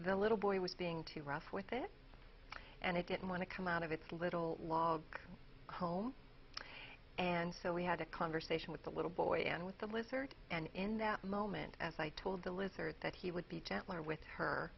the little boy was being too rough with it and he didn't want to come out of its little log home and so we had a conversation with the little boy and with the lizard and in that moment as i told the lizard that he would be gentler with her